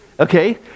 Okay